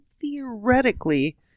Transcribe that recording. theoretically